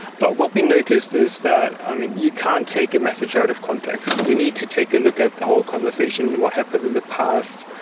but what we noticed is that i mean, you can't take a message out of context. you need to take a look at the whole conversation. what happened in the past?